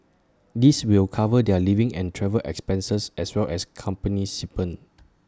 this will cover their living and travel expenses as well as company stipend